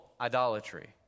idolatry